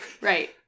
Right